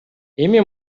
эми